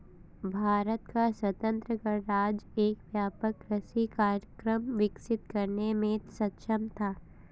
भारत का स्वतंत्र गणराज्य एक व्यापक कृषि कार्यक्रम विकसित करने में सक्षम था